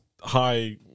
high